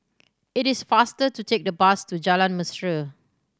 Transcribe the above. it is faster to take the bus to Jalan Mesra